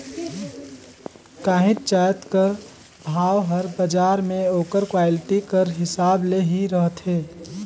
काहींच जाएत कर भाव हर बजार में ओकर क्वालिटी कर हिसाब ले ही रहथे